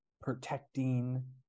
protecting